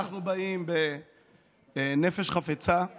אנחנו באים בנפש חפצה;